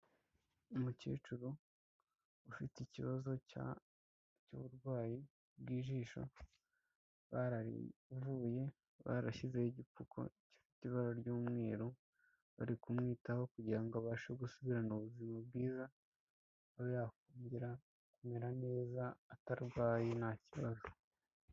Umukecuru ufite ikibazo cy'uburwayi bw'ijisho, bararivuye ,barashyizeho igipfuko gifite ibara ry'umweru, bari kumwitaho kugira ngo abashe gusubirana ubuzima bwiza, abe yakongera kumera neza atarwaye nta kibazo.